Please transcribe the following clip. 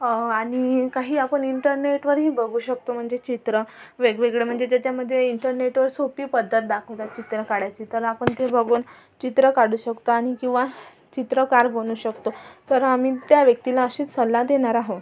आणि काही आपण इंटरनेटवरही बघू शकतो म्हणजे चित्रं वेगवेगळं म्हणजे ज्याच्यामध्ये इंटरनेटवर सोपी पद्धत दाखवतात चित्र काढायची तर आपण ते बघून चित्र काढू शकतो आणि किंवा चित्रकार बनू शकतो तर आम्ही त्या व्यक्तीला असे सल्ला देणार आहो